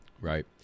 Right